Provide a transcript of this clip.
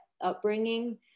upbringing